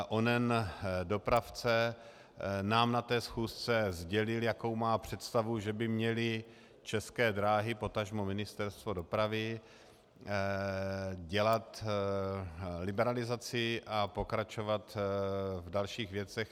Onen dopravce nám na té schůzce sdělil, jakou má představu, že by měly České dráhy, potažmo Ministerstvo dopravy dělat liberalizaci a pokračovat v dalších věcech.